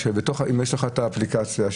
בתוך האפליקציה,